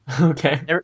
Okay